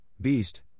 beast